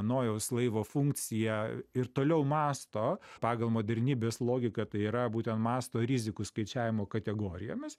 nojaus laivo funkciją ir toliau mąsto pagal modernybės logiką tai yra būtent mąsto rizikų skaičiavimo kategorijomis